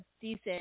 decent